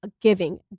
giving